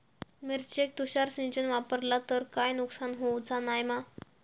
मिरचेक तुषार सिंचन वापरला तर काय नुकसान होऊचा नाय मा?